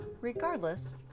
Regardless